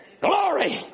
Glory